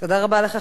תודה רבה לך,